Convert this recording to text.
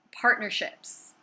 partnerships